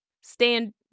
stand